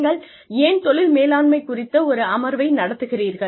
நீங்கள் ஏன் தொழில் மேலாண்மை குறித்த ஒரு அமர்வை நடத்துகிறீர்கள்